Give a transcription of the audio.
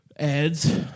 ads